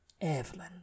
Evelyn